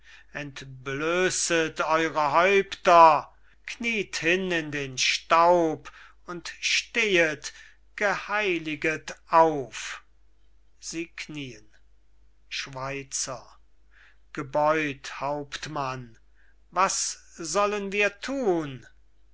entblöset eure häupter knieet hin in den staub und stehet geheiliget auf sie knieen schweizer gebeut hauptmann was sollen wir thun